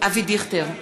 אבי דיכטר,